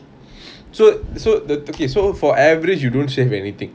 so so the okay so for average you don't save anything